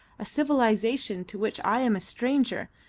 a civilisation to which i am a stranger,